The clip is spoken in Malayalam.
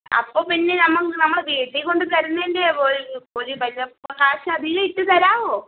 അപ്പോൾ പിന്നെ നമ്മൾ നമ്മൾ വീട്ടിൽ കൊണ്ടുതരുന്നതിൻ്റെ ഒരു ഒരു വല്ല കാശ് അധികം ഇട്ട് തരാമോ